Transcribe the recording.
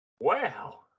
Wow